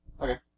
Okay